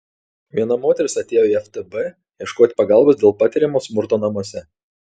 viena moteris atėjo į ftb ieškoti pagalbos dėl patiriamo smurto namuose